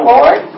Lord